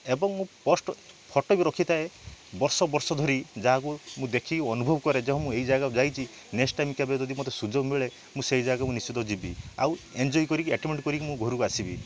ଏବଂ ମୁଁ post photo ବି ରଖିଥାଏ ବର୍ଷ ବର୍ଷ ଧରି ଯାହାକୁ ମୁଁ ଦେଖି ଅନୁଭବ କରେ ଯେ ହଁ ମୁଁ ଏଇ ଜାଗାକୁ ଯାଇଛି ନେକ୍ସଟ୍ ଟାଇମ୍ ଯଦି କେବେ ମୋତେ ସୁଯୋଗ ମିଳେ ମୁଁ ସେଇ ଜାଗାକୁ ନିଶ୍ଚିନ୍ତ ଯିବି ଆଉ ଏନ୍ଜୟ କରିକି କରିକି ମୁଁ ଘରକୁ ଆସିବି